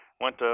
went